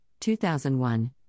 2001